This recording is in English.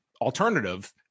alternative